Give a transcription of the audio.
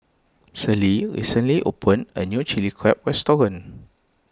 Celie recently opened a new Chili Crab restaurant